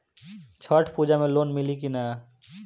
छठ पूजा मे लोन मिली की ना?